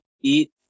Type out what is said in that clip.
eat